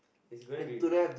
is it going to be